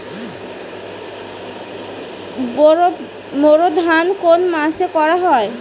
বোরো ধান কোন মাসে করা হয়?